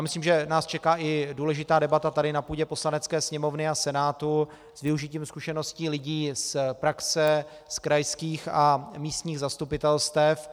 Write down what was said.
Myslím, že nás čeká i důležitá debata tady na půdě Poslanecké sněmovny a Senátu s využitím zkušeností lidí z praxe, z krajských a místních zastupitelstev.